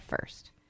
first